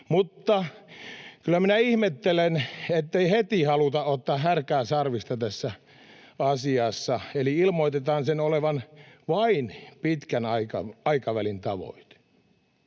mutta kyllä minä ihmettelen, ettei heti haluta ottaa härkää sarvista tässä asiassa vaan ilmoitetaan sen olevan vain pitkän aikavälin tavoite.